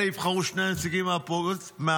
אלה יבחרו שני נציגים מהאופוזיציה.